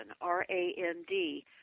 R-A-N-D